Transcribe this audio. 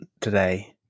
today